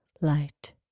light